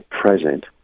present